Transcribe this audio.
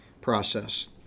process